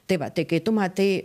tai va tai kai tu matai